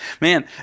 man